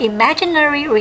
Imaginary